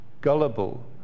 gullible